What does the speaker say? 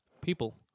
people